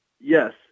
Yes